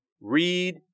read